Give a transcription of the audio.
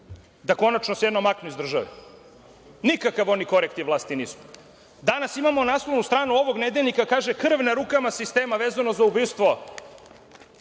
konačno maknu iz države. Nikakav oni korektiv vlasti nisu. Danas imamo naslovnu stranu ovog nedeljnika, kaže – krv na rukama sistema, vezano za ubistvo,